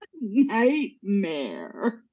nightmare